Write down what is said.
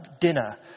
dinner